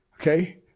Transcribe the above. Okay